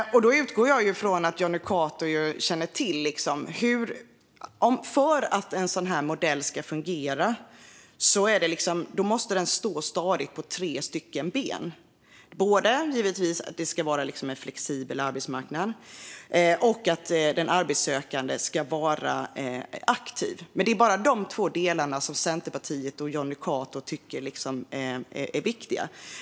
Då utgår jag från att Jonny Cato känner till att för att en sådan modell ska fungera måste den stå stadigt på tre ben. Det ska givetvis vara en flexibel arbetsmarknad, och den arbetssökande ska vara aktiv. Men det är bara de två delarna som Centerpartiet och Jonny Cato tycker är viktiga.